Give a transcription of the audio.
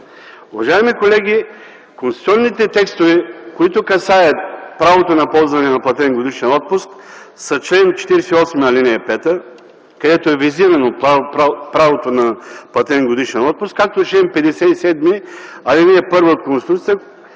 Уважаеми колеги, конституционните текстове, които касаят правото на ползване на платен годишен отпуск, са чл. 48, ал. 5, където е визирано правото на платен годишен отпуск, както и чл. 57, ал. 1 от Конституцията,